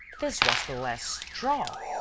this was the last straw!